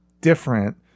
different